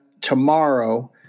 tomorrow